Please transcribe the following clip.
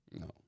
No